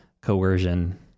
coercion